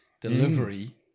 delivery